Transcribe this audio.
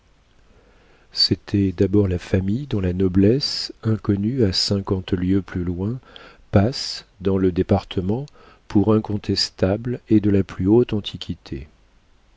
d'abord la famille dont la noblesse inconnue à cinquante lieues plus loin passe dans le département pour incontestable et de la plus haute antiquité